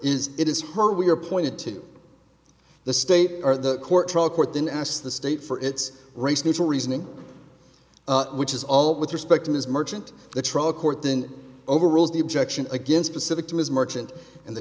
is it is her we are pointed to the state or the court trial court then asked the state for its race neutral reasoning which is all with respect to ms merchant the trial court then overrules the objection against pacific to his merchant in the